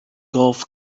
golf